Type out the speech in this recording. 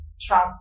trump